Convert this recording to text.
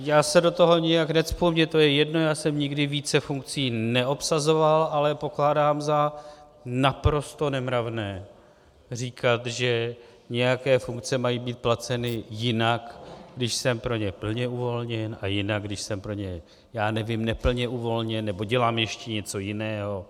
Já se do toho nijak necpu, mně to je jedno, já jsem nikdy více funkcí neobsazoval, ale pokládám za naprosto nemravné říkat, že nějaké funkce mají být placeny jinak, když jsem pro ně plně uvolněn, a jinak, když jsem pro ně, já nevím, neplně uvolněn nebo dělám ještě něco jiného.